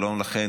שלום לכם,